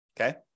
Okay